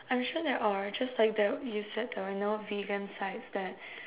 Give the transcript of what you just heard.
I'm sure there are just like that you said there are no vegan sites that